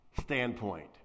standpoint